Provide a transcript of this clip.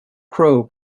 crow